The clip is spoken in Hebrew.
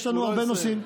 יש לנו הרבה נושאים,